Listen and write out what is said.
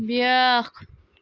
بیٛاکھ